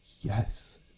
yes